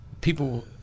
people